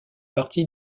partie